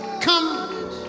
come